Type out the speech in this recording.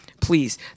please